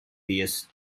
pious